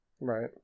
Right